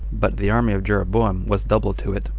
but the army of jeroboam was double to it.